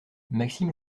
maxime